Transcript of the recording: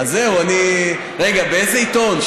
באיזה עיתון?